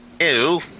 Ew